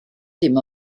ddim